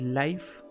life